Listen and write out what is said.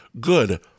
good